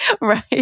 Right